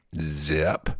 zip